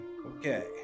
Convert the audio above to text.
Okay